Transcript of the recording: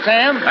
Sam